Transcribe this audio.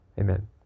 Amen